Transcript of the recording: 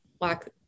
Black